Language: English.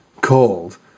called